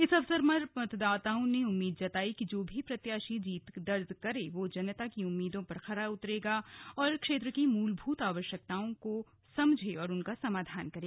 इस अवसर पर मतदाताओं ने उम्मीद जताई की जो भी प्रत्याशी जीत दर्ज करे वह जनता की उम्मीदों पर खरा उतरते हुए क्षेत्र की मूलभूत सुविधाओं को समझें और उनका समाधान करे